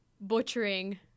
butchering